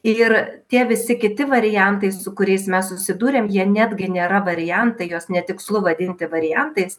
ir tie visi kiti variantai su kuriais mes susidūrėm jie netgi nėra variantai juos netikslu vadinti variantais